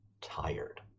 tired